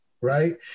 right